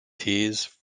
tears